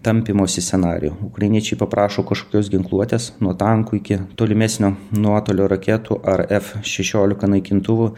tampymosi scenarijų ukrainiečiai paprašo kažkokios ginkluotės nuo tankų iki tolimesnio nuotolio raketų ar f šešiolika naikintuvų